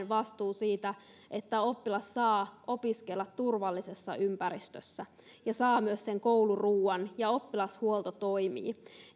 vastuu siitä että oppilas saa opiskella turvallisessa ympäristössä ja saa myös kouluruoan ja oppilashuolto toimii